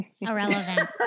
irrelevant